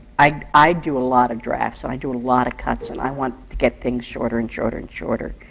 i i do a lot of drafts, and i do a lot of cuts, and i want to get things shorter and shorter and shorter.